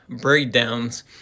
Breakdowns